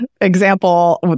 example